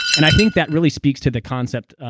and i think that really speaks to the concept.